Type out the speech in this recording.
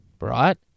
right